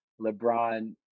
lebron